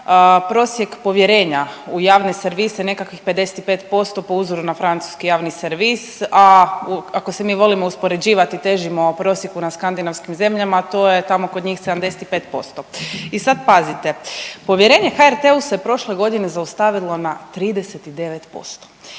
prosjek povjerenja u javne servise nekakvih 55% po uzoru na francuski javni servis, a ako se mi volimo uspoređivati i težimo prosjeku na skandinavskim zemljama to je tamo kod njih 75%. I sad pazite, povjerenje se HRT-u se prošle godine zaustavilo na 39%.